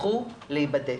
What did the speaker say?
לכו להבדק.